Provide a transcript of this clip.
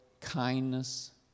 kindness